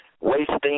Wasting